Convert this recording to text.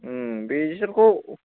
बिसोरखौ